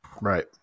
Right